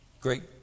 great